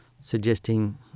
suggesting